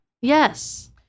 Yes